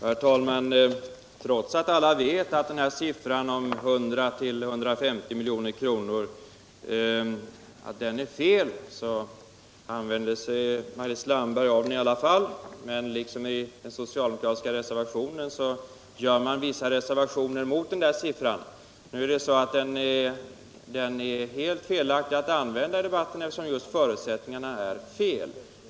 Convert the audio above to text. Herr talman! Trots att alla vet att siffrorna 100-150 milj.kr. är fel använder sig Maj-Lis Landberg av dem. Men liksom den socialdemokratiska reservationen gör hon vissa förbehåll när det gäller siffrorna. Nu är det emellertid alldeles oriktigt att använda dessa siffror i debatten, eftersom förutsättningarna för dem är helt felaktiga.